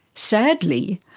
sadly,